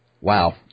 wow